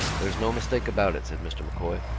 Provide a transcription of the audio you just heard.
there's no mistake about it, said mr. m'coy,